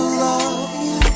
love